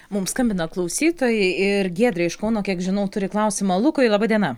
mums skambina klausytojai ir giedrė iš kauno kiek žinau turi klausimą lukui laba diena